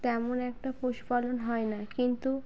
তেমন একটা পশুপালন হয় না কিন্তু